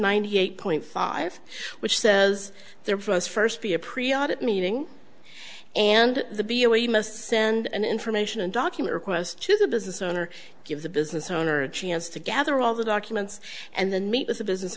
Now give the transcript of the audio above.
ninety eight point five which says there for us first be a pre adult meeting and the bua must send an information and document requests to the business owner gives the business owner a chance to gather all the documents and then meet with the business